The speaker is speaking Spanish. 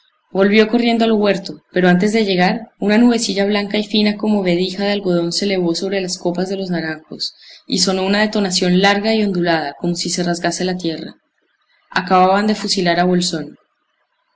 volvió corriendo al huerto pero antes de llegar una nubecilla blanca y fina como vedija de algodón se elevó sobre las copas de los naranjos y sonó una detonación larga y ondulada como si se rasgase la tierra acababan de fusilar a bolsón